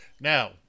Now